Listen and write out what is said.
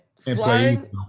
Flying